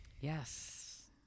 yes